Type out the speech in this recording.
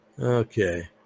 Okay